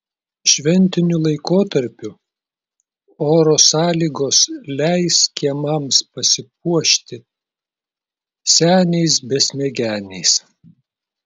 šventiniu laikotarpiu oro sąlygos leis kiemams pasipuošti seniais besmegeniais